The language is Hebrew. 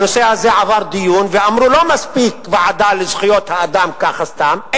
הנושא הזה עבר דיון ואמרו: לא מספיק ועדה לזכויות האדם כך סתם,